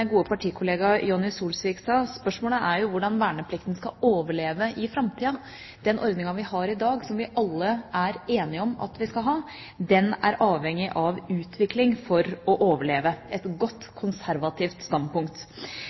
gode partikollega Jonni Solsvik sa: Spørsmålet er hvordan verneplikten skal overleve i framtida. Den ordningen vi har i dag, som vi alle er enige om at vi skal ha, er avhengig av utvikling for å overleve – et godt, konservativt standpunkt.